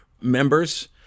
members